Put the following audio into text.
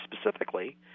specifically